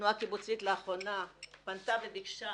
התנועה הקיבוצית לאחרונה פנתה וביקשה